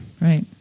Right